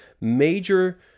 major